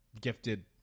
gifted